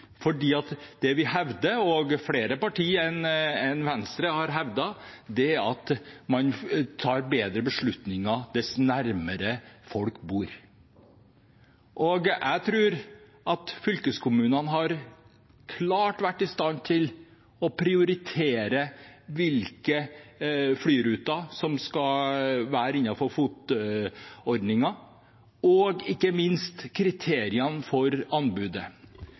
Det vi hevder, og som flere partier enn Venstre har hevdet, er at man tar bedre beslutninger dess nærmere man er der folk bor. Jeg tror at fylkeskommunene klart hadde vært i stand til å prioritere hvilke flyruter som skal være innenfor FOT-ordningen, og ikke minst kriteriene for anbudet.